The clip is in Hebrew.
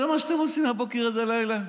זה מה שאתם עושים מהבוקר עד הלילה?